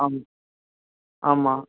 ஆம் ஆமாம்